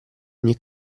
ogni